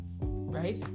Right